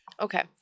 Okay